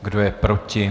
Kdo je proti?